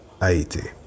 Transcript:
aite